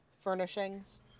furnishings